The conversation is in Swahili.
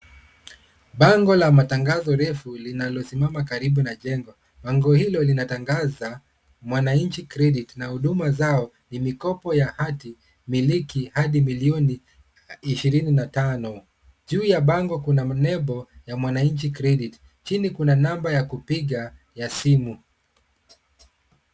Bango la matangazo refu, linalosimama karibu na jengo. Bango hilo linatangaza, mwananchi credit , na huduma zao, ni mikopo ya hati miliki, hadi milioni ishirini na tano. Juu ya bango kuna mnebo, ya mwananchi credit , chini kuna namba ya kupiga ya simu.